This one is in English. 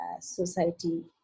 society